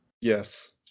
Yes